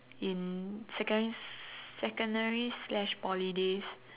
in secondary secondary slash Poly days